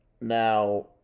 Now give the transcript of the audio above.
now